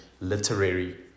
literary